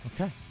Okay